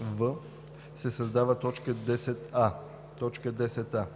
7в се създава т. 10а: „10а.